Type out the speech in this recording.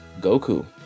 Goku